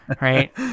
right